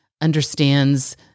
understands